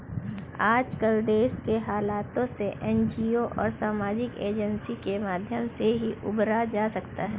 आजकल देश के हालातों से एनजीओ और सामाजिक एजेंसी के माध्यम से ही उबरा जा सकता है